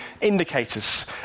indicators